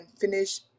finish